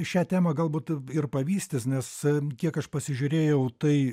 šią temą galbūt ir pavystys nes kiek aš pasižiūrėjau tai